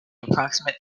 approximate